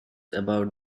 about